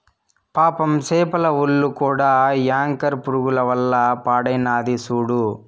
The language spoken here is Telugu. పాపం సేపల ఒల్లు కూడా యాంకర్ పురుగుల వల్ల పాడైనాది సూడు